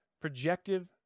Projective